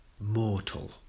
Mortal